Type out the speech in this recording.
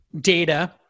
data